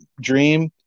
dream